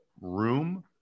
room